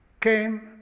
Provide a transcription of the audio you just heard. came